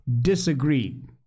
disagreed